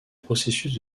processus